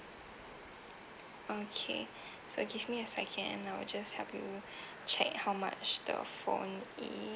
okay so give me a second I'll just help you check how much the phone is